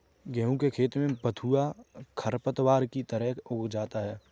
गेहूँ के खेत में बथुआ खरपतवार की तरह उग आता है